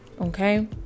okay